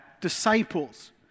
disciples